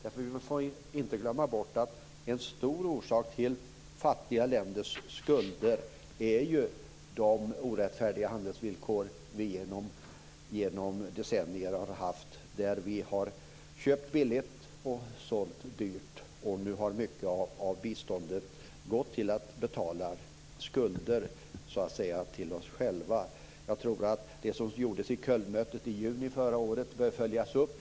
Vi får inte glömma bort att en stor orsak till fattiga länders skulder är de orättfärdiga handelsvillkor som vi har haft genom decennier. Vi har köpt billigt och sålt dyrt. Nu har mycket av biståndet gått till att betala skulder så att säga till oss själva. Jag tror att det som gjordes i Kölnmötet i juni förra året bör följas upp.